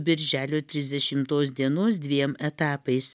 birželio trisdešimtos dienos dviem etapais